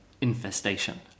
infestation